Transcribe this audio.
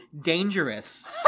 dangerous